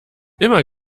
immer